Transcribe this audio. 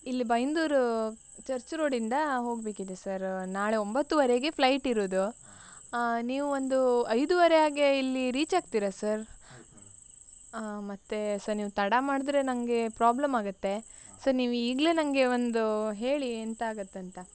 ಇಲ್ಲಿ ಬೈಂದೂರು ಚರ್ಚ್ ರೋಡಿಂದ ಹೋಗಬೇಕಿದೆ ಸರ್ ನಾಳೆ ಒಂಬತ್ತುವರೆಗೆ ಫ್ಲೈಟ್ ಇರೋದು ನೀವು ಒಂದು ಐದೂವರೆ ಹಾಗೆ ಇಲ್ಲಿ ರೀಚ್ ಆಗ್ತೀರಾ ಸರ್ ಮತ್ತು ಸರ್ ನೀವು ತಡ ಮಾಡಿದ್ರೆ ನನಗೆ ಪ್ರಾಬ್ಲಮ್ ಆಗುತ್ತೆ ಸೊ ನೀವು ಈಗಲೇ ನನಗೆ ಒಂದು ಹೇಳಿ ಎಂತ ಆಗತ್ತೆ ಅಂತ